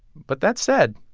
but that said,